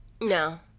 No